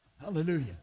Hallelujah